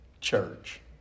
church